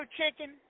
Chicken